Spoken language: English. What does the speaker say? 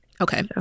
Okay